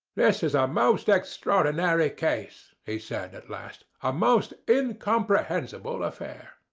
this is ah a most extraordinary case, he said at last a most incomprehensible affair.